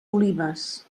olives